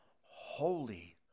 holy